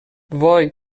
وای